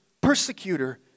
persecutor